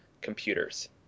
computers